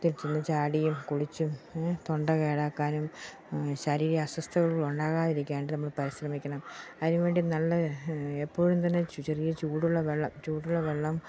അതിൽ ചെന്ന് ചാടിയും കുളിച്ചും തൊണ്ട കേടാക്കാനും ശാരീരിക അസ്വസ്ഥതകൾ ഉണ്ടാകാതിരിക്കാനും നമ്മൾ പരിശ്രമിക്കണം അതിന് വേണ്ടി നല്ല എപ്പോഴും തന്നെ ചെറിയ ചൂടുള്ള വെള്ളം ചൂടുള്ള വെള്ളം